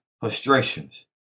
frustrations